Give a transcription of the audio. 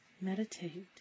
Meditate